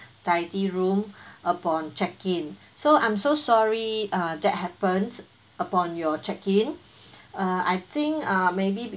tidy room upon check in so I'm so sorry that happens upon your check in uh I think uh maybe